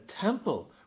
temple